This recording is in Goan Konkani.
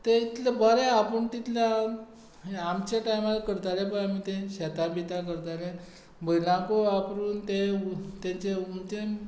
तें इतलें बरें आपूण तितलें आमचे टायमार करताले पळय आमी तें शेतां बितां करताले बयलांकूय वापरून ते तांचे म्हणजे